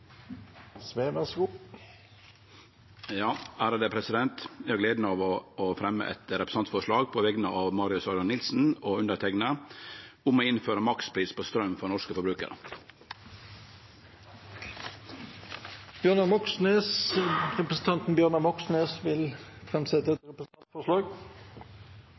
har gleda av å fremje eit representantforslag på vegner av Marius Arion Nilsen og underteikna om å innføre makspris på straum for norske forbrukarar. Representanten Bjørnar Moxnes vil framsette et representantforslag.